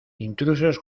intrusos